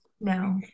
no